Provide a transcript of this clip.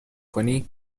کنی